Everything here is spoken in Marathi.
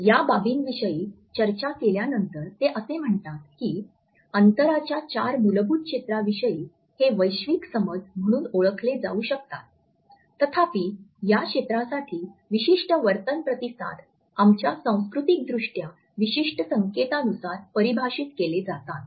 या बाबींविषयी चर्चा केल्यानंतर ते असे म्हणतात की अंतराच्या चार मूलभूत क्षेत्राविषयी हे वैश्विक समज म्हणून ओळखले जाऊ शकतात तथापि या क्षेत्रासाठी विशिष्ट वर्तन प्रतिसाद आमच्या सांस्कृतिकदृष्ट्या विशिष्ट संकेतानुसार परिभाषित केले जातात